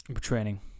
training